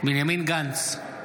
בנימין גנץ,